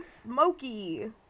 smoky